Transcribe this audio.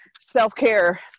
self-care